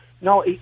No